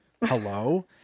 Hello